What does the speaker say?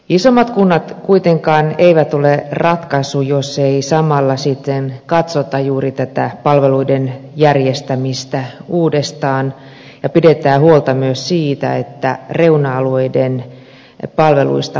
isommat kunnat kuitenkaan eivät ole ratkaisu jos ei samalla sitten katsota juuri tätä palveluiden järjestämistä uudestaan ja pidetä huolta myös siitä että reuna alueiden palveluista pidetään huolta